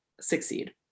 succeed